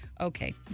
Okay